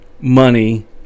money